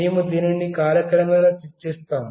మేము దీనిని కాలక్రమేణా చర్చిస్తాము